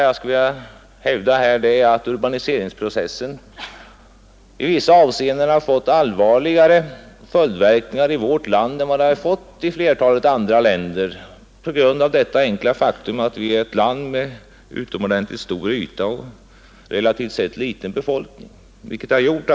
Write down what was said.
Jag vill dock hävda att urbaniseringsprocessen i vissa avseenden har fått allvarligare följdverkningar i vårt land än vad den har fått i flertalet andra länder på grund av det enkla faktum att vårt land har utomordentligt stor yta och relativt sett liten befolkning.